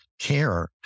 care